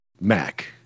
Mac